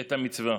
את המצווה.